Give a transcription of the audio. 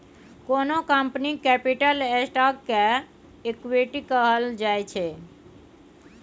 कोनो कंपनीक capital stock केँ इक्विटी कहल जाइ छै